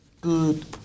good